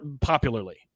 Popularly